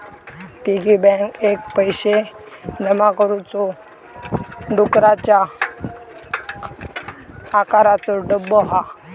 piggy bank एक पैशे जमा करुचो डुकराच्या आकाराचो डब्बो हा